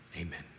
amen